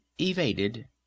evaded